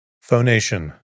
Phonation